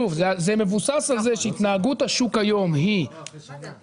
זה מבוסס על זה שהתנהגות השוק היום היא על